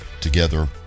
together